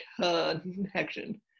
connection